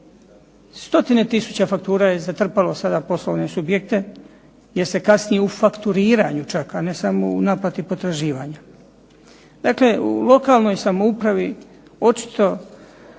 Stotine tisuća faktura je zatrpalo sada poslovne subjekte jer se kasnije u fakturiranju čak a ne samo u naplati potraživanja. Dakle, u lokalnoj samoupravi očito